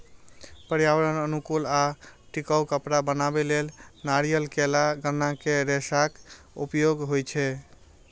पर्यावरण अनुकूल आ टिकाउ कपड़ा बनबै लेल नारियल, केला, गन्ना के रेशाक उपयोग होइ छै